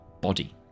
body